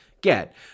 get